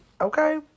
okay